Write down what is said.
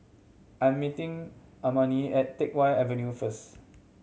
I'm meeting Amani at Teck Whye Avenue first